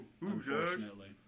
Unfortunately